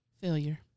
Failure